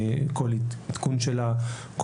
כל עדכון שלה,